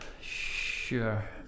Sure